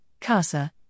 CASA